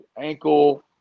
ankle